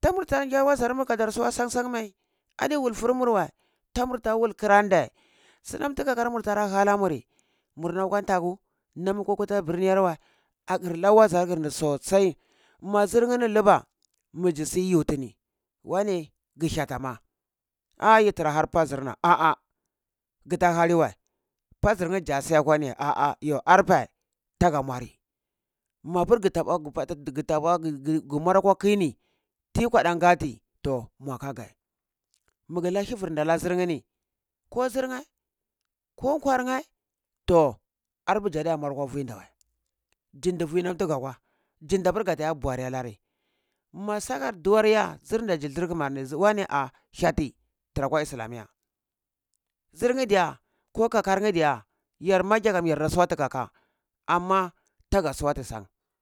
tumur tara ngyara wazar mur kadar suwa san san mai, adi wulfur mur wəi tamur ta wul kra ndai, sunam tu kakarmur tara hala muri murdan kwan thaku namu kuta birni yar wəi agir la wazar gir sosai ma zirnhini luba miji si yu tini wane gi hyatama? Ah ah yi tara har pazirna ah ah gita hali wəi pazirnye ja siya kwani ya ah ah yo arpa taga nmari mapur muar kwa ki ni, tiyi kwadan ngati to mua ka gya mugu la hivir nda la zirnye ni ko zir nye ko kwarnye to arpu jada muar kwa vi nda wəi ji ndi vi nam tiga kwa jinda pur gada iya bori ya lari ma sakar duwar iya, zirnda vi ndir kumarni wae ah hyati tira kwa isilamiya, zirnye diya ko kakarnye diya yar magya kam yarda suwati kaka amma taga suwati san